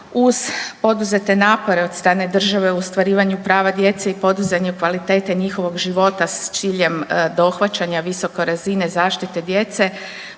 Uz poduzete napore od strane države u ostvarivanju prava djece i podizanju kvalitete njihovog života s ciljem dohvaćanja visoke razine zaštite djece